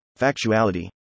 factuality